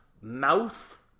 mouth